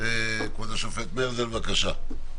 כבוד השופט מרזל, בבקשה.